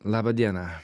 laba diena